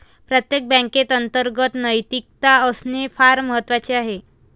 प्रत्येक बँकेत अंतर्गत नैतिकता असणे फार महत्वाचे आहे